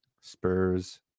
Spurs